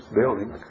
building